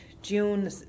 June